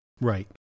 Right